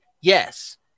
yes